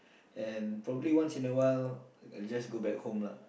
and probably once in a while I'll just go back home lah